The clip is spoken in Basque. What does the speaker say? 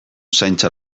zaintza